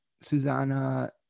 Susanna